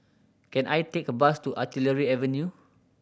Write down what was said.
can I take a bus to Artillery Avenue